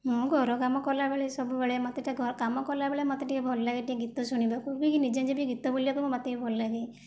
ମୁଁ ଘର କାମ କଲାବେଳେ ସବୁବେଳେ ମୋତେ ଟିକିଏ କାମ କଲାବେଳେ ମୋତେ ଟିକିଏ ଭଲ ଲାଗେ ଟିକିଏ ଗୀତ ଶୁଣିବାକୁ ବି ନିଜେ ନିଜେ ବି ଗୀତ ବୋଲିବାକୁ ମୋତେ ବି ଭଲ ଲାଗେ